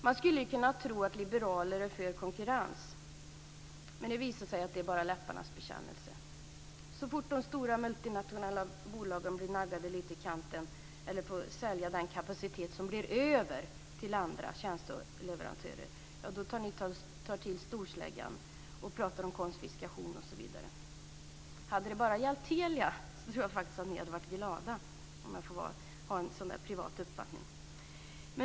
Man skulle kunna tro att ni liberaler är för konkurrens, men det visar sig att det är bara läpparnas bekännelse. Så fort de stora multinationella bolagen blir naggade i kanten eller får sälja den kapacitet som blir över till andra tjänsteleverantörer tar ni till storsläggan och pratar om konfiskation. Hade det bara gällt Telia tror jag att ni hade varit glada, om jag får ha en privat uppfattning.